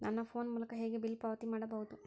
ನನ್ನ ಫೋನ್ ಮೂಲಕ ಹೇಗೆ ಬಿಲ್ ಪಾವತಿ ಮಾಡಬಹುದು?